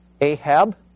Ahab